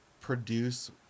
produce